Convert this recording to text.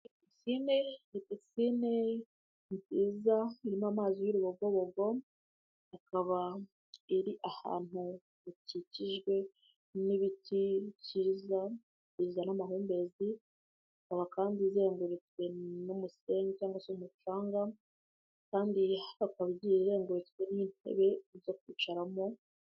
Pisine, ni pisine nziza irimo amazi y'urubogobogo, ikaba iri ahantu hakikijwe n'ibiti byiza bizana amahumbezi, ikaba kandi izengurutswe n'umusenyi cyangwag se umucanga, kandi ikaba izengurutswe n'intebe zo kwicaramo.